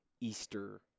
Easter